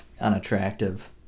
unattractive